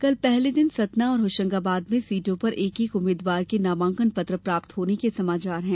कल पहले दिन सतना और होशंगाबाद में सीटों पर एक एक उम्मीद्वार के नामांकन पत्र प्राप्त होने के समाचार हैं